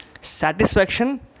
satisfaction